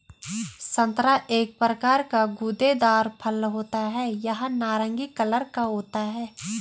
संतरा एक प्रकार का गूदेदार फल होता है यह नारंगी कलर का होता है